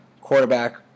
quarterback